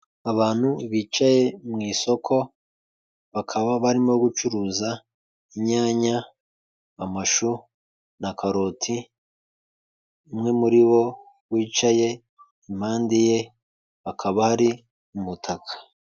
Abantu bicaye mu isoko bakaba barimo gucuruza inyanya, amashu, na karoti umwe muri bo wicaye impande ye hakaba hari mu butaka.